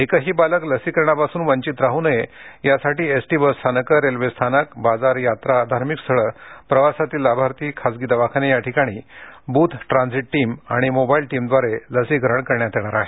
एकही बालक लसीकरणापासून वंचित राहू नये यासाठी एसटी बसस्थानकं रेल्वे स्थानक बाजार यात्रा धार्मिक स्थळे प्रवासातील लाभार्थी खासगी दवाखाने या ठिकाणी बूथ ट्रान्झिट टीम आणि मोबाइल टीमद्वारे लसीकरण करण्यात येणार आहे